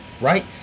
right